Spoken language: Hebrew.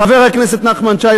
חבר הכנסת נחמן שי,